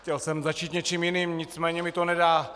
Chtěl jsem začít něčím jiným, nicméně mi to nedá.